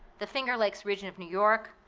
the finger lakes region of new york,